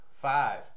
five